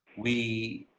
we.